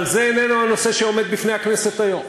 אבל זה איננו הנושא שעומד בפני הכנסת היום.